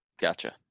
Gotcha